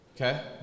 okay